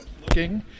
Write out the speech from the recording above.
looking